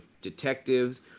detectives